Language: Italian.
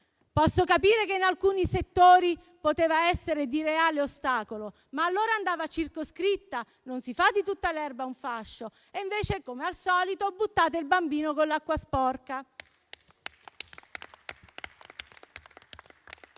Posso capire che in alcuni settori potesse essere di reale ostacolo, ma allora andava circoscritta, senza fare di tutta l'erba un fascio; invece, come al solito, buttate il bambino con l'acqua sporca.